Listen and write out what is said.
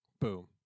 Boom